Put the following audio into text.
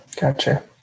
Gotcha